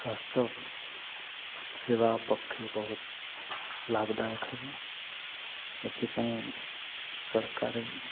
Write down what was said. ସ୍ୱାସ୍ଥ୍ୟ ସେବା ପକ୍ଷେ ବହୁତ ଲାଭଦାୟକ ହେବ ଏଥିପାଇଁ ସରକାରୀ